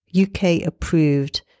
UK-approved